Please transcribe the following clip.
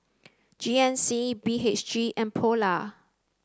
G N C B H G and polar